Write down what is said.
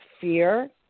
fear